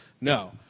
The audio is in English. No